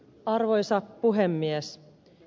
arvoisa puhemies